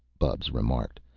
bubs remarked.